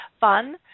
fun